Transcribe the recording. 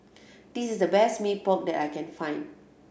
this is the best Mee Pok that I can find